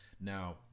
Now